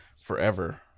forever